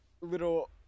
little